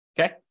Okay